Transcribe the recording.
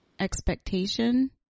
expectation